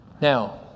Now